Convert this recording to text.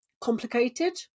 complicated